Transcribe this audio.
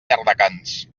llardecans